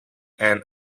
and